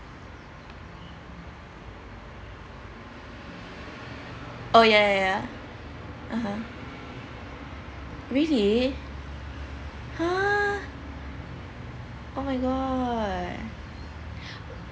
oh ya ya ya (uh huh) really !huh! oh my god